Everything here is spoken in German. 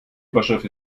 überschrift